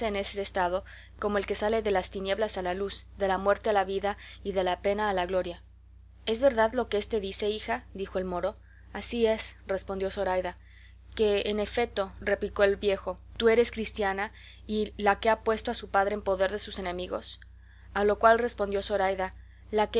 en este estado como el que sale de las tinieblas a la luz de la muerte a la vida y de la pena a la gloria es verdad lo que éste dice hija dijo el moro así es respondió zoraida que en efeto replicó el viejotú eres cristiana y la que ha puesto a su padre en poder de sus enemigos a lo cual respondió zoraida la que